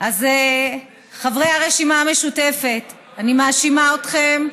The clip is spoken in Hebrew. אז חברי הרשימה המשותפת, אני מאשימה אתכם,